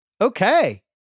Okay